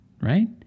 right